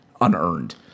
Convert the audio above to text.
unearned